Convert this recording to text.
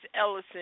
Ellison